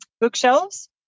bookshelves